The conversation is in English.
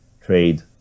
trade